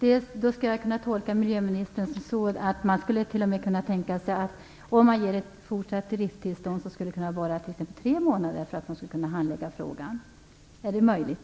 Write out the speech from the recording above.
Fru talman! Jag tolkar då miljöministern så att man t.o.m. skulle kunna tänka sig att ge ett fortsatt driftstillstånd på t.ex. tre månader, för att kunna handlägga frågan. Är det möjligt?